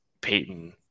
Peyton